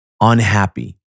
unhappy